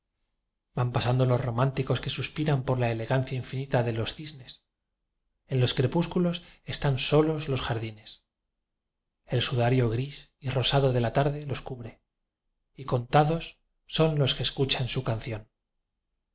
van pasando los románticos que suspiran por la elegancia infinita de los cisnes en los crepúsculos están solos los jardines el sudario gris y rosado de la tarde los cubre y contados son los que escuchan su canción